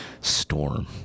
storm